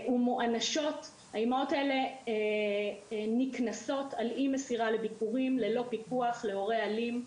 הן מוענשות ונקנסות על אי מסירה לביקורים ללא פיקוח להורה אלים.